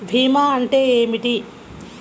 భీమా అంటే ఏమిటి?